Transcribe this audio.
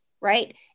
right